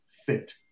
fit